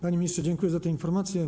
Panie ministrze, dziękuję za te informacje.